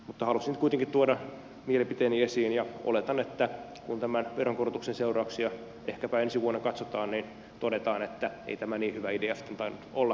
mutta halusin nyt kuitenkin tuoda mielipiteeni esiin ja oletan että kun tämän veronkorotuksen seurauksia ehkäpä ensi vuonna katsotaan niin todetaan että ei tämä niin hyvä idea sitten tainnut ollakaan